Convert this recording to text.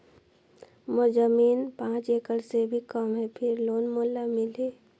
मोर जमीन पांच एकड़ से भी कम है फिर लोन मोला मिलही?